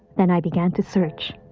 then i began to search.